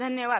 धन्यवाद